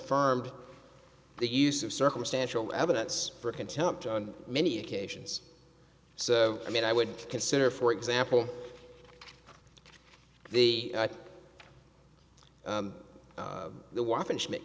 firmed the use of circumstantial evidence for contempt on many occasions so i mean i would consider for example the the waffen schmidt